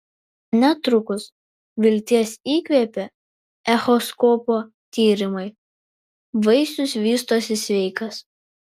netrukus vilties įkvėpė echoskopo tyrimai vaisius vystosi sveikas